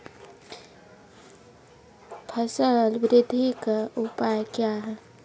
फसल बृद्धि का उपाय क्या हैं?